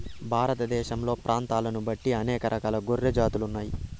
భారతదేశంలో ప్రాంతాలను బట్టి అనేక రకాల గొర్రెల జాతులు ఉన్నాయి